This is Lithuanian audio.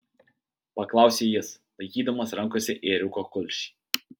paklausė jis laikydamas rankose ėriuko kulšį